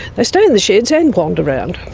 they stay on the sheds and wander around,